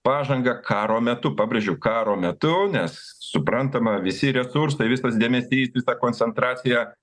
pažangą karo metu pabrėžiu karo metu nes suprantama visi resursai visas dėmesys visa koncentracija